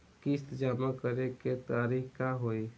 किस्त जमा करे के तारीख का होई?